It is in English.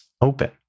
open